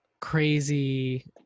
crazy